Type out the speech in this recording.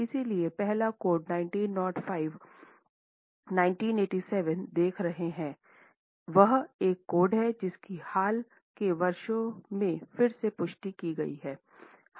इसलिए पहला कोड 1905 1987 देख रहे हैं वह एक कोड है जिसकी हाल के वर्षों में फिर से पुष्टि की गई है